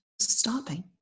stopping